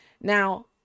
Now